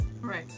right